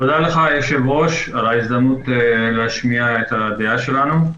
תודה לך, היושב-ראש, על ההזדמנות להשמיע את דעתנו.